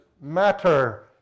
matter